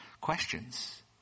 questions